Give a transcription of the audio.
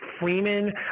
Freeman